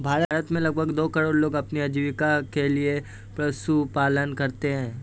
भारत में लगभग दो करोड़ लोग अपनी आजीविका के लिए पशुपालन करते है